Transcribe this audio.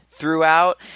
throughout